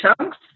chunks